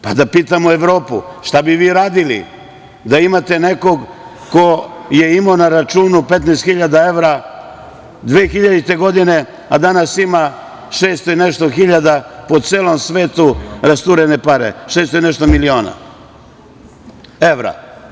Pa da pitamo Evropu šta bi vi radili da imate nekog ko je imao na računu 15 hiljada evra 2000. godine, a danas ima 600 i nešto hiljada po celom svetu rasturene pare, 600 i nešto miliona evra.